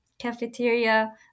cafeteria